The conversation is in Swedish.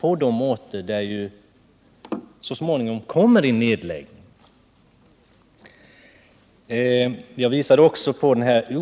på de orter där det så småningom kommer en nedläggning.